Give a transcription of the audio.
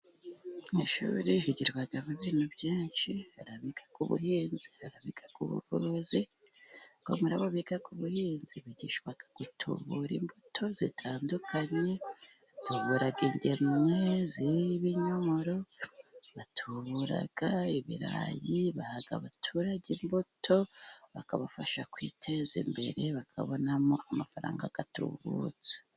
Mu ishuri higirwa ibintu byinshi: Hari abiga ubuhinzi, hari abiga ubuvuzi. Muri abo biga ubuhinzi bigishwa gutubura imbuto zitandukanye, batubura ingemwe z'ibinyomoro, batubura ibirayi, baha abaturage imbuto bakabafasha kwiteza imbere bakabonamo amafaranga atubutse.